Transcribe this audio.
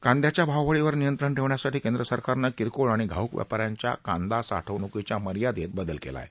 कांद्याच्या भाववाढीवर नियंत्रण ठेवण्यासाठी केंद्र सरकारनं किरकोळ आणि घाऊक व्यापाऱ्यांच्या कांदा साठवणुकीच्या मर्यादेत बदल केला आहे